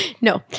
No